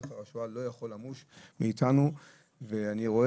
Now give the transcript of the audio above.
זכר השואה לא יכול למוש מאיתנו ואני רואה